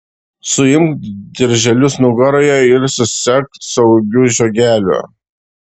suimk dirželius nugaroje ir susek saugiu žiogeliu